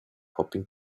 hoping